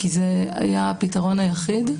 כי זה היה הפתרון היחיד,